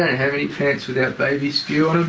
ah have any pants without baby spew